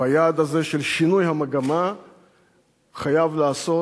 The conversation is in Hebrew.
והיעד הזה של שינוי המגמה חייב להיעשות.